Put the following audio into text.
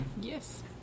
Yes